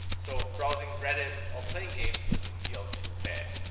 so browsing reddit or playing games doesn't feel too bad.